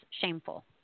shameful